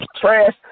trash